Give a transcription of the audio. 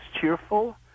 cheerful